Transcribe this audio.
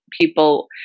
people